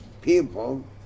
people